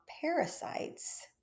parasites